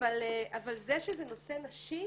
אבל זה שזה נושא נשי